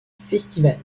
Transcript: festivals